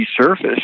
resurfaced